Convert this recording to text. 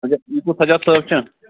اچھا ییٚتنُک سجاد صٲب چھا